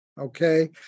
okay